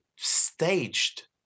staged